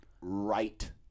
right